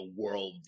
worldview